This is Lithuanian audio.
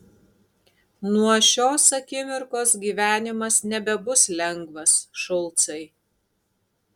nuo šios akimirkos gyvenimas nebebus lengvas šulcai